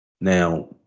Now